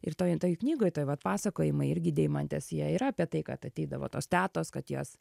ir toj toj knygoj tai vat pasakojimai irgi deimantės jie yra apie tai kad ateidavo tos tetos kad jos